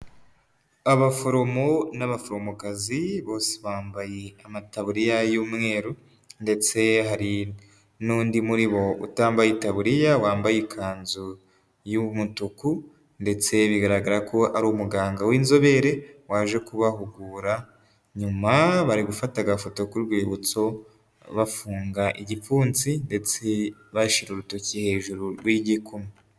Abaforomo n'abaforomokazi, bose bambaye amataburiya y'umweru ndetse hari n'undi muri bo utambaye itaburiya wambaye ikanzu y'umutuku ndetse bigaragara ko ari umuganga w'inzobere waje kubahugura, nyuma bari gufata agafoto k'urwibutso bafunga igipfunsi ndetse bashira urutoki hejuru rw'igikumwe.